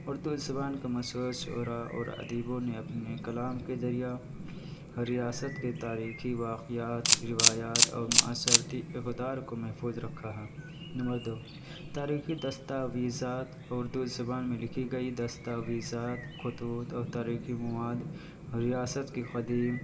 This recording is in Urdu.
اردو زبان کے مشہور شعراء اور ادبیوں نے اپنے کلام کے ذریعہ ریاست کے تاریخی واقعات روایات اور معاشرتی اقدار کو محفوظ رکھا ہے نمبر دو تاریخی دستاویزات اردو زبان میں لکھی گئی دستاویزات خطوط اور تاریخی مواد ریاست کی قدیم